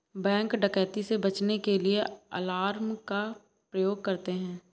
bank डकैती से बचने के लिए अलार्म का प्रयोग करते है